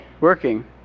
working